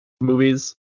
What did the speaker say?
movies